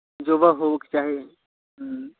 जॉबो होबऽ के चाही हूँ